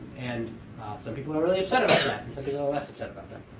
and some people are really upset about that. and some people are less upset about that.